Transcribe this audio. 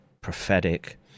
prophetic